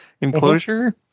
enclosure